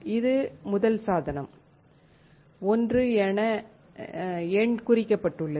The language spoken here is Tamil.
இது முதல் சாதனம் 1 என எண் குறிக்கப்பட்டுள்ளது